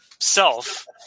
self